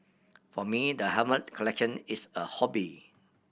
for me the helmet collection is a hobby